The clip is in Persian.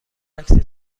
عکس